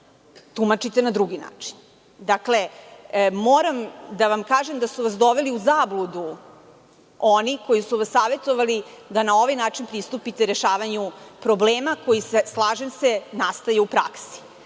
tumačite na drugi način. Moram da vam kažem da su vas doveli u zabludu oni koji su vas savetovali da na ovaj način pristupite rešavanju problema koji, slažem se, nastaju u praksi.